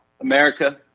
America